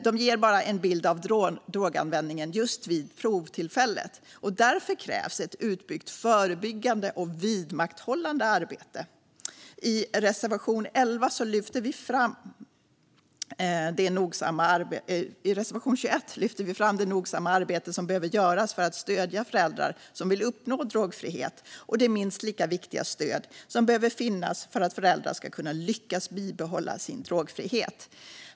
De ger bara en bild av droganvändningen just vid provtillfället, och därför krävs ett utbyggt förebyggande och vidmakthållande arbete. I reservation 13 lyfter vi fram det nogsamma arbete som behöver göras för att stödja föräldrar som vill uppnå drogfrihet och det minst lika viktiga stöd som behöver finnas för att föräldrar ska kunna lyckas bibehålla sin drogfrihet.